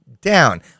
down